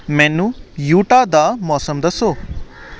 ਮੈਨੂੰ ਯੂਟਾ ਦਾ ਮੌਸਮ ਦੱਸੋ